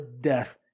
death